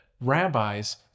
rabbis